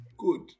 good